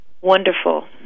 wonderful